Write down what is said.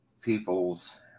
people's